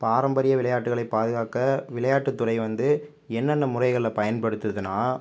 பாரம்பரிய விளையாட்டுகளைப் பாதுகாக்க விளையாட்டுத் துறை வந்து என்னென்ன முறைகளை பயன்படுத்துதுன்னா